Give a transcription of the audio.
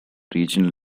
regional